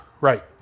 Right